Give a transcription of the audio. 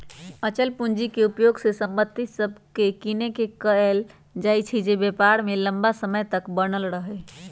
अचल पूंजी के उपयोग उ संपत्ति सभके किनेमें कएल जाइ छइ जे व्यापार में लम्मा समय तक बनल रहइ